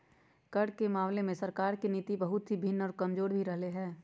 कर के मामले में सरकार के नीति बहुत ही भिन्न और कमजोर भी रहले है